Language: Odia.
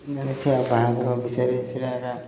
ଜାଣିଛି ଆଉ ବାହାଘଙ୍କ ବିଷୟରେ ସେଟା